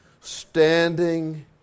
standing